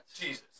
Jesus